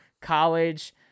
college